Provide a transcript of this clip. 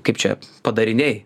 kaip čia padariniai